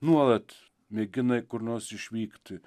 nuolat mėgina kur nors išvykti